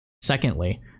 Secondly